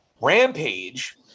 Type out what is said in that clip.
Rampage